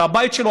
את הבית שלו,